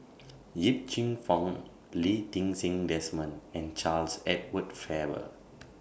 Yip Cheong Fun Lee Ti Seng Desmond and Charles Edward Faber